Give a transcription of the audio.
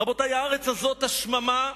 רבותי, הארץ הזאת, השממה,